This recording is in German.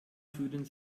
fühlen